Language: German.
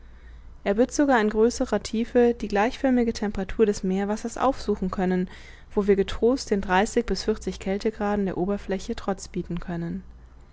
er wird sogar in größerer tiefe die gleichförmige temperatur des meerwassers aufsuchen können wo wir getrost den dreißig bis vierzig kältegraden der oberfläche trotz bieten können